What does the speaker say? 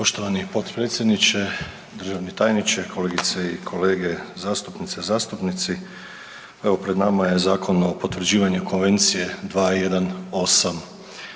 Poštovani potpredsjedniče, državni tajniče, kolegice i kolege zastupnici, zastupnice evo pred nama je Zakon o potvrđivanju Konvencije 218,